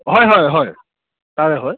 হয় হয় হয় তাৰে হয়